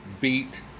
beat